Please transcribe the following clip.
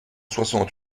soixante